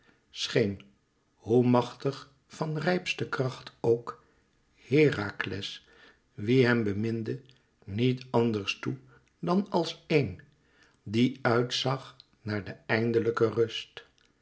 scheen hoe machtig van rijpste kracht ook herakles wie hem beminde niet anders toe dan als één die uit zag naar de eindelijke rust